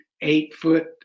eight-foot